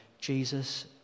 Jesus